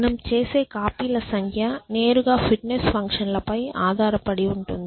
మనం చేసే కాపీ ల సంఖ్య నేరుగా ఫిట్నెస్ ఫంక్షన్లపై ఆధారపడి ఉంటుంది